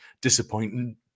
disappointing